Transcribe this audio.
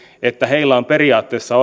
että on periaatteessa